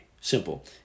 simple